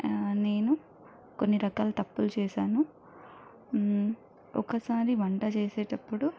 నేను కొన్ని రకాల తప్పులు చేసాను ఒకసారి వంట చేసేటప్పుడు